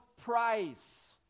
price